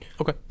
Okay